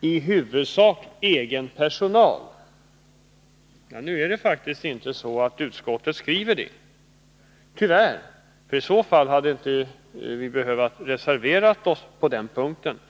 i huvudsak egen personal. Men utskottet skriver faktiskt inte så — tyvärr. I så fall hade vi inte behövt reservera oss på den här punkten.